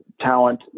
talent